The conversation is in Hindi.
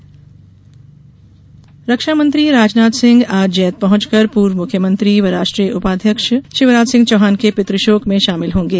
रक्षामंत्री जैत रक्षा मंत्री राजनाथ सिंह आज जैत पहुंचकर पूर्व मुख्यमंत्री व राष्ट्रीय उपाध्यक्ष शिवराजसिंह चौहान के पितृशोक में शामिल होंगे